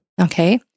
okay